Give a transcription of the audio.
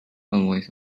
always